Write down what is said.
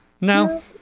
No